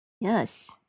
Yes